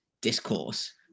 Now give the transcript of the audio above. discourse